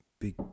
big